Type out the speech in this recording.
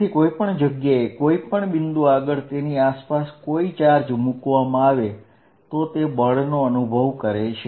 તેથી કોઈ પણ જગ્યાએ કોઈ પણ બિંદુ આગળ તેની આસપાસ કોઈ ચાર્જ મૂકવામાં આવે તો તે બળનો અનુભવ કરે છે